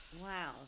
Wow